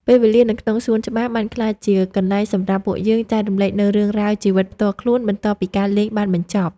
ពេលវេលានៅក្នុងសួនច្បារបានក្លាយជាកន្លែងសម្រាប់ពួកយើងចែករំលែកនូវរឿងរ៉ាវជីវិតផ្ទាល់ខ្លួនបន្ទាប់ពីការលេងបានបញ្ចប់។